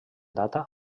data